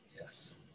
yes